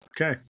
Okay